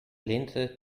lehnte